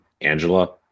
Angela